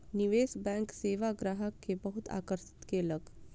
निवेश बैंक सेवा ग्राहक के बहुत आकर्षित केलक